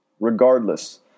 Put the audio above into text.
Regardless